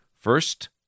first